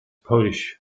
polish